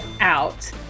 out